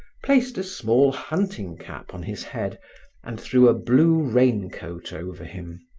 placed a small hunting cap on his head and threw a blue raincoat over him.